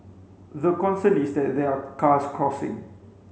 the concern is that there are cars crossing